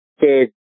big